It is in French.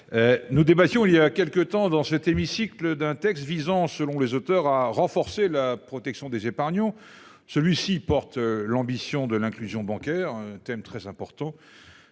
Nous débattions il y a quelques temps dans cet hémicycle d'un texte visant selon les auteurs à renforcer la protection des épargnants. Celui-ci porte l'ambition de l'inclusion bancaire thème très important.